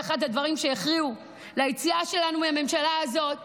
אחד הדברים שהכריעו לגבי היציאה שלנו מהממשלה הזאת